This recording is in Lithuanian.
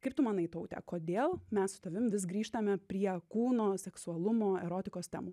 kaip tu manai taute kodėl mes su tavim vis grįžtame prie kūno seksualumo erotikos temų